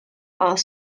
are